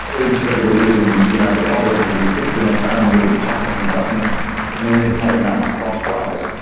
each of the little isms, you know, the ologies, sits in its own little pocket and doesn't communicate enough crosswise.